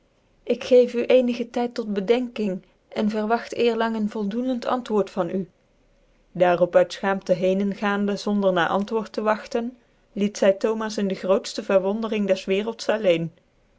ik gecve u eenige tyd tot bedenking cn vcrwagt eerlang een voldocncnd anrwoort van u daarop uit fchaamtc heenen gaande tonder na antwoort tc wagtcn liet sy thomas in de grootftc verwondering des wcrelts alleen